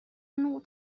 نوع